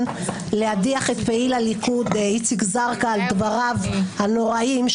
להדיח את פעיל הליכוד איציק זרקא על דבריו הנוראיים,